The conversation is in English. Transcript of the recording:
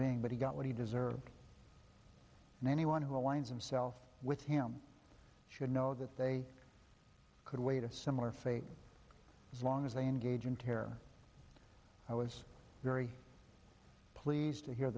being but he got what he deserved anyone who aligns himself with him should know that they could wait a similar fate as long as they engage in care i was very pleased to hear